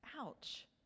Ouch